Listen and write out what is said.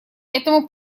этому